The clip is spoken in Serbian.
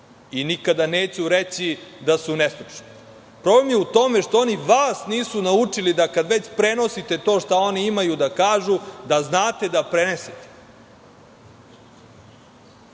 Nikada neću reći da su nestručni. To vam je u tome što oni vas nisu naučili, da kada već prenosite to što oni imaju da kažu, da znate da prenesete,